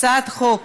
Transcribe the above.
הצעת חוק